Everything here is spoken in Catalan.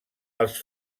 els